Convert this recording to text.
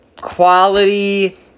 quality